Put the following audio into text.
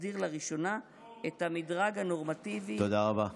שיסדיר לראשונה את המדרג הנורמטיבי, תודה רבה.